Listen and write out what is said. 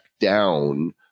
down